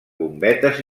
bombetes